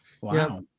Wow